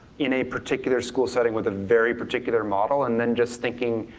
in a particular school setting with a very particular model, and then just thinking,